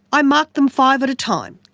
i mark them five at a time.